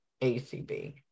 ACB